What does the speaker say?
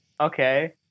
Okay